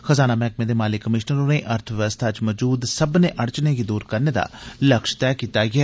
खजाना मैह्कमे दे माली कमीश्नर होरें अर्थव्यवस्था च मजूद सब्मनें अड़चनें गी दूर करने दा लक्ष्य तैह् कीता ऐ